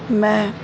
ਮੈਂ